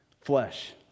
flesh